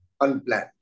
unplanned